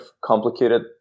complicated